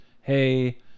hey